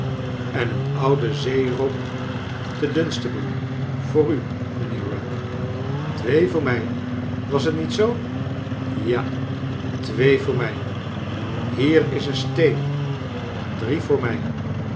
en een oude zeerob te dunstable voor u mijnheer rugg twee voor mij was t niet zoo ja twee voor mij hier is een steeu drie voor mij